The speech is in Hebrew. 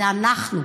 זה אנחנו.